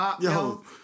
yo